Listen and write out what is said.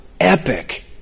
epic